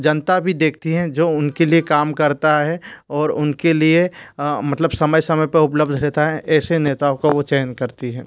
जनता भी देखती है जो उनके लिए काम करता है और उनके लिए मतलब समय समय पर उपलब्ध रहता है ऐसे नेताओं का वो चयन करती है